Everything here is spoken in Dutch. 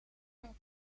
een